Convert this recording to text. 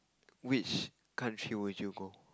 which country would you go